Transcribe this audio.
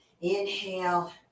Inhale